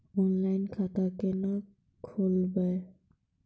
Online खाता केना खोलभैबै?